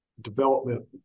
development